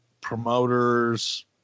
promoters